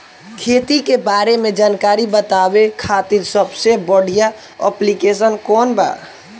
खेती के बारे में जानकारी बतावे खातिर सबसे बढ़िया ऐप्लिकेशन कौन बा?